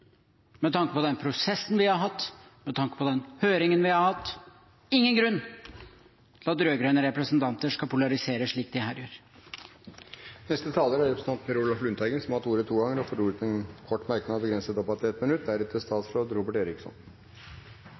med tanke på den prosessen vi har hatt, og med tanke på den høringen vi har hatt – ingen grunn til at rød-grønne representanter skal polarisere slik de her gjør. Per Olaf Lundteigen har hatt ordet to ganger tidligere og får ordet til en kort merknad, begrenset til 1 minutt.